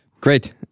Great